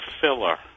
filler